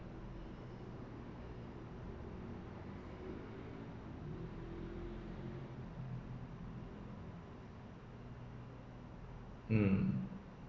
um